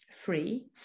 free